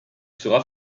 sera